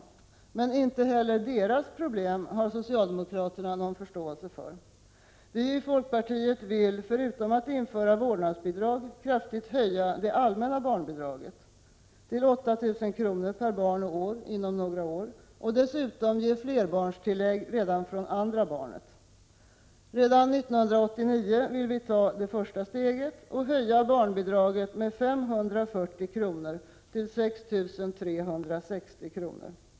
Socialdemokraterna har emellertid inte heller någon förståelse för dessa familjers problem. Vi i folkpartiet vill, förutom att införa vårdnadsbidrag, kraftigt höja det allmänna barnbidraget till 8 000 kr. per barn och år inom några år. Vi vill dessutom ge flerbarnstillägg redan från det andra barnet. Redan 1989 vill vi ta första steget och höja barnbidraget med 540 kr. till 6 360 kr.